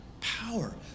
power